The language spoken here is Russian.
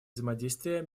взаимодействия